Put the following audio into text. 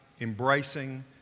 embracing